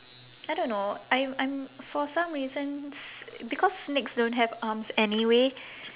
I don't know I I'm for some reasons because snakes don't have arms anyway